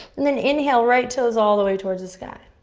and then inhale, right toes all the way towards the sky.